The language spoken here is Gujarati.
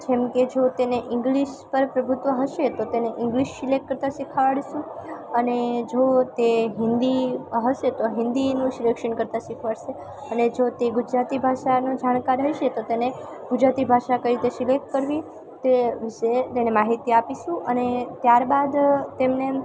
જેમકે જો તેને ઇંગ્લિશ પર પ્રભુત્વ હશે તો તેને ઇંગ્લિશ સિલેક કરતાં શીખવાડીશું અને જો તે હિન્દી હશે તો હિન્દીનું સિલેક્શન કરતાં શીખવાડશે અને જો તે ગુજરાતી ભાષાનું જાણકાર હશે તો તેને ગુજરાતી ભાષા કઈ રીતે સિલેક કરવી તે વિષે તેને માહિતી આપીશું અને ત્યારબાદ તેમને